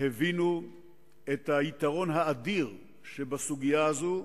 הבינו את היתרון האדיר שבסוגיה הזאת,